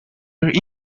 your